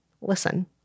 Listen